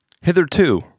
Hitherto